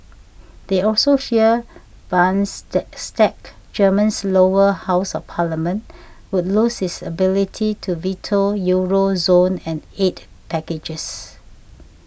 they also fear bonds stay stack Germany's lower house of parliament would lose its ability to veto Euro zone and aid packages